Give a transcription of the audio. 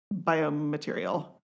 biomaterial